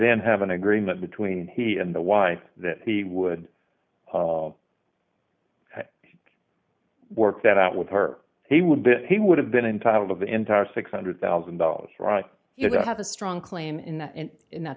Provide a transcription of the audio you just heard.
then have an agreement between he and the wife that he would work that out with her he would then he would have been entitled of the entire six hundred thousand dollars right you don't have a strong claim in that